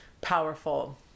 powerful